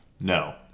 No